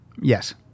Yes